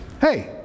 hey